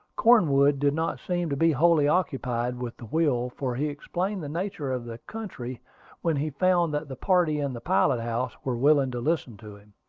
cornwood did not seem to be wholly occupied with the wheel, for he explained the nature of the country when he found that the party in the pilot-house were willing to listen to him.